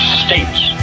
states